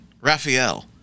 Raphael